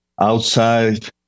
outside